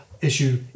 issue